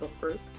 group